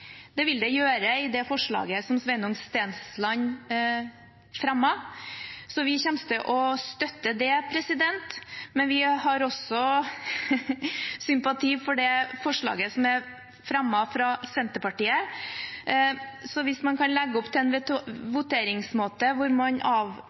Det vil det gjøre i det forslaget som representanten Stensland fremmet, så vi kommer til å støtte det, men vi har også sympati for det forslaget som er fremmet av Senterpartiet, så det er fint hvis man kan legge opp til en